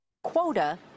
Quota